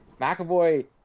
McAvoy